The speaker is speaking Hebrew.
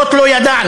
זאת לא ידענו,